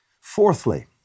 Fourthly